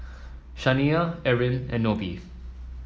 Shaniya Erin and Nobie